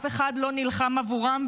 אף אחד לא נלחם עבורן,